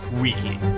weekly